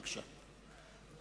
בבקשה.